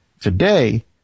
Today